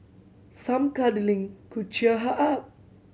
some cuddling could cheer her up